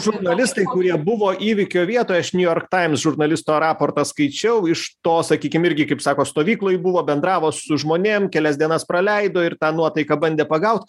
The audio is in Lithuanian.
žurnalistai kurie buvo įvykio vietoj aš niujortaims žurnalisto raportą skaičiau iš to sakykim irgi kaip sako stovykloj buvo bendravo su žmonėm kelias dienas praleido ir tą nuotaiką bandė pagaut